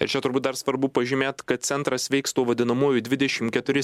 ir čia turbūt dar svarbu pažymėt kad centras veiks tų vadinamųjų dvidešimt keturi